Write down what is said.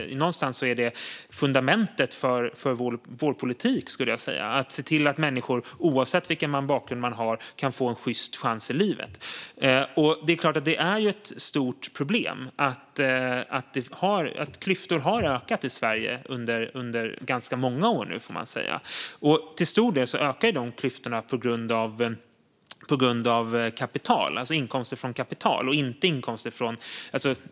Någonstans är det fundamentet för vår politik, nämligen att människor oavsett bakgrund ska få en sjyst chans i livet. Det är ett stort problem att klyftorna har ökat i Sverige under många år. Till stor del ökar klyftorna på grund av inkomster på kapital.